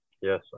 Yes